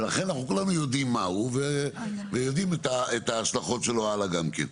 ולכן אנחנו כולם יודעים מה הוא ויודעים את ההשלכות שלו הלאה גם כן.